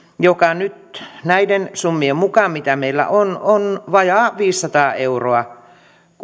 joka nyt näiden summien mukaan mitä meillä on on vajaa viisisataa euroa